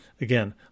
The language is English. again